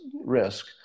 risk